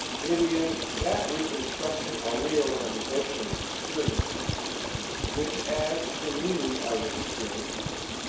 it is that reconstruction or reorganization of experience which adds to the meaning of experience,